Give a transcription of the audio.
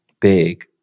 Big